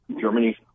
Germany